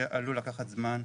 שעלול לקחת זמן.